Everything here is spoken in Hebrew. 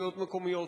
הרשויות המקומיות.